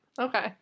Okay